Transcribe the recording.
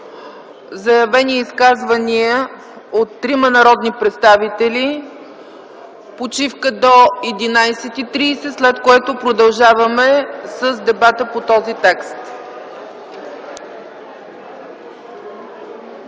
заявени изказвания от трима народни представители, почивка до 11,30 ч., след което продължаваме с дебата по този текст.